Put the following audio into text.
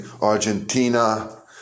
Argentina